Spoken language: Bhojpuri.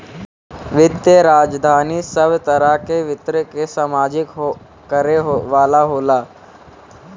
वित्तीय राजधानी सब तरह के वित्त के समायोजन करे वाला होला